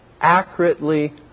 accurately